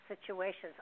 situations